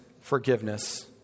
forgiveness